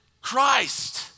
Christ